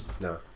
No